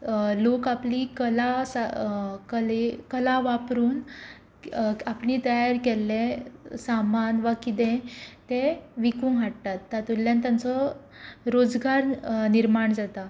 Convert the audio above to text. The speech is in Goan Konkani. लोक आपली कला कले कला वापरून आपली तयार केल्लें सामान वा कितें तें विकूंक हाडटात तातुंतल्यान तांचो रोजगार निर्माण जाता